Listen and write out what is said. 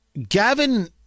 Gavin